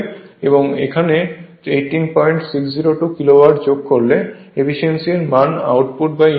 এবং এখানে 18602 kilowatt যোগ করলে এফিসিয়েন্সি এর মান আউটপুটইনপুট হবে